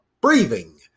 breathing